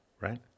right